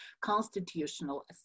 Constitutional